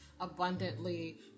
abundantly